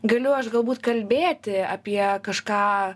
galiu aš galbūt kalbėti apie kažką